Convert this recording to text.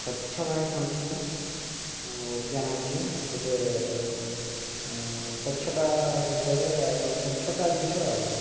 ସ୍ଵଚ୍ଛ ଭାରତ ହେଉଛି ଅଭିଯାନ ହେଉଛି ଗୋଟିଏ ସ୍ୱଚ୍ଛତା ବିଷୟରେ ଆଉ ସ୍ୱଚ୍ଛତା ଜିନିଷ ଆଉ